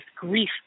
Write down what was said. grief